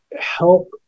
help